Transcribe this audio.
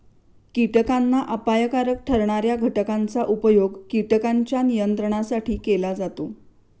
कीटकांना अपायकारक ठरणार्या घटकांचा उपयोग कीटकांच्या नियंत्रणासाठी केला जातो